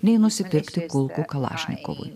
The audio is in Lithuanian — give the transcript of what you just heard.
nei nusipirkti kulkų kalašnikovui